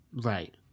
Right